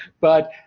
but,